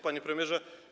Panie Premierze!